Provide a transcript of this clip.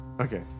Okay